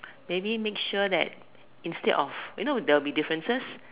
maybe make sure that instead of you know there will be differences